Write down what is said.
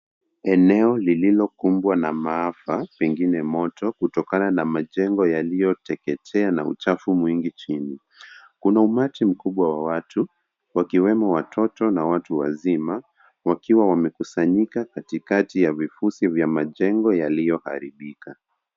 Eneo lililokumbwa na maafa pengine moto kutokana na majengo yaliyoteketea na uchafu mwingi chini. Kuna umati mkubwa wa watu wakiwemo watoto na watu wazima wakiwa wamekusanyika katikati ya vifusi vya majengo yaliyoharibika.